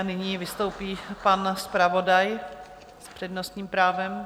A nyní vystoupí pan zpravodaj s přednostním právem.